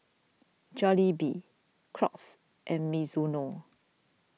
Jollibee Crocs and Mizuno